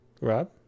rob